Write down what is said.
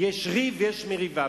יש ריב ויש מריבה.